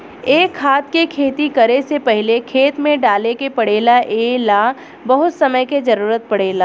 ए खाद के खेती करे से पहिले खेत में डाले के पड़ेला ए ला बहुत समय के जरूरत पड़ेला